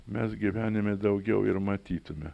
mes gyvenime daugiau ir matytume